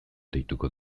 deituko